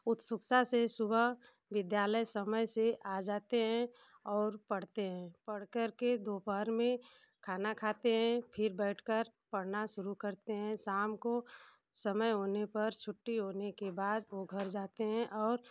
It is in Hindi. उत्सुकता से सुबह विद्यालय समय से आ जाते हैं और पढ़ते हैं पढ़ कर के दोपहर में खाना खाते हें फिर बैठ कर पढ़ना शुरू करते हें शाम को समय होने पर छुट्टी होने के बाद वो घर जाते हें और